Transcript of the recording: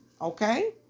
Okay